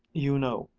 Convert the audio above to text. you know,